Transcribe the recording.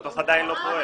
המטוס עדיין לא פועל.